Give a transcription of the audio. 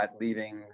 leaving